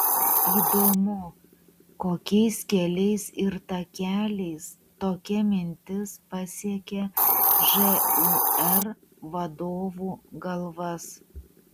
įdomu kokiais keliais ir takeliais tokia mintis pasiekė žūr vadovų galvas